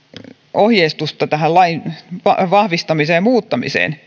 ohjeistusta tähän lain vahvistamiseen muuttamiseen